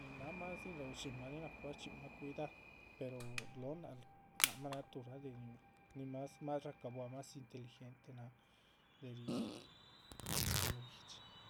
Nin náhama sin raú shín máh née nahpa shchxínmah cuidadu pero nin slóhon náac lác mah náha de tuhra de nin más más racabuahamah más inteligente náha de ríhi. de lóho guihdxi.